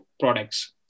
products